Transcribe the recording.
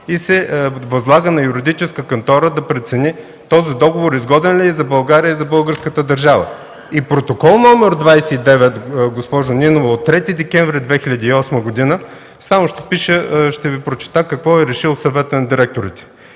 Възлага се на юридическа кантора да прецени този договор изгоден ли е за България и за българската държава. И от Протокол № 29, госпожо Нинова, от 3 декември 2008 г. ще ви прочета какво е решил Съветът на директорите.